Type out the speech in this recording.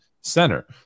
center